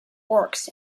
works